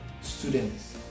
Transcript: students